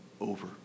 over